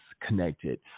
connected